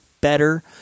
better